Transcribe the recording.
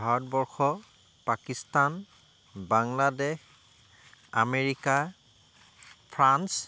Bharatvarsha Pakistan Bangladesh America France